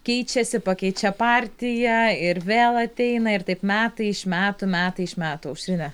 keičiasi pakeičia partiją ir vėl ateina ir taip metai iš metų metai iš metų aušrine